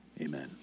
Amen